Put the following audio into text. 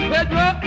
Pedro